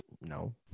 No